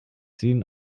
seen